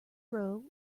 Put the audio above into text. row